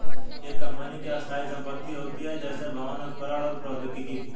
एक कंपनी की स्थायी संपत्ति होती हैं, जैसे भवन, उपकरण और प्रौद्योगिकी